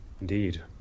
Indeed